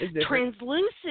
Translucent